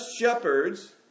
shepherds